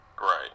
Right